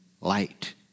light